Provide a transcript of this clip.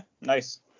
nice